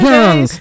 Young